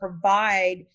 provide